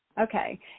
Okay